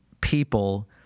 people